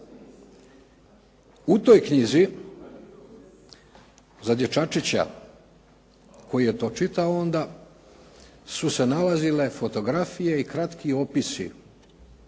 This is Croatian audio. U toj knjizi za dječačića koji je to čitao onda su se nalazile fotografije i kratki opisi